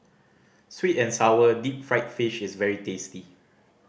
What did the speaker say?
sweet and sour deep fried fish is very tasty